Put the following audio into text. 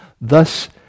thus